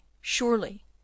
surely